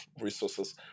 resources